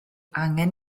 angen